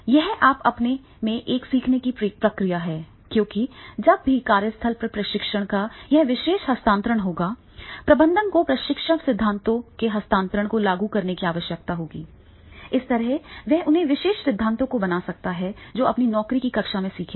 यह अपने आप में एक सीखने की प्रक्रिया है क्योंकि जब भी कार्यस्थल पर प्रशिक्षण का यह विशेष हस्तांतरण होगा प्रबंधक को प्रशिक्षण सिद्धांतों के हस्तांतरण को लागू करने की आवश्यकता होती है इस तरह वह उन विशेष सिद्धांतों को बना सकता है जो आपने नौकरी की कक्षा में सीखे हैं